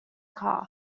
calf